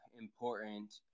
important